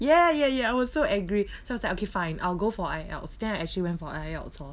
ya ya ya I was so angry so I was like okay fine I'll go for I_E_L_T_S then I actually went for I_E_L_T_S oh